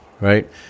right